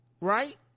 right